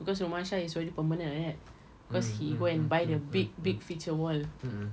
because rumah shah is already permanent like that because he go and buy the big big feature wall